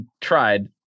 tried